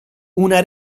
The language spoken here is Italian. una